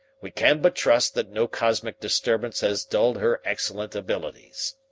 we can but trust that no cosmic disturbance has dulled her excellent abilities.